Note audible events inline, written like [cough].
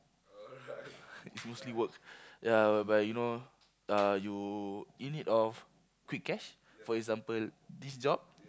[noise] mostly work ya whereby you know uh you in need of quick cash for example this job